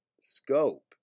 scope